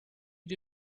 you